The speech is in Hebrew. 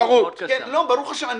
ברוך השם.